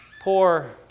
Poor